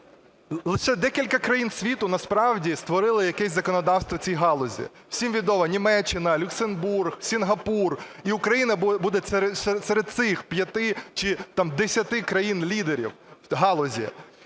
лише декілька країн світу насправді створили якесь законодавство в цій галузі, всім відомо: Німеччина, Люксембург, Сінгапур. І Україна буде серед цих п'яти чи десяти країн-лідерів у галузі.